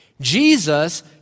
Jesus